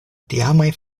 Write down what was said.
tiamaj